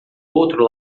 outro